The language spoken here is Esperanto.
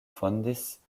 fondis